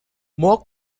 more